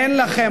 אין לכם,